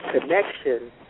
connection